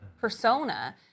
persona